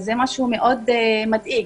זה מאד מדאיג.